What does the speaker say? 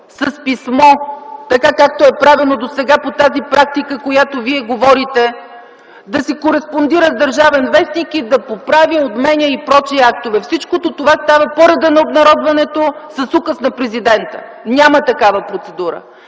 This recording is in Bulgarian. с писмо – така, както е правено досега по тази практика, за която Вие говорите, да си кореспондира с „Държавен вестник” и да поправя, отменя и прочие актове. Всичко това става по реда на обнародването с указ на президента. Няма такава процедура.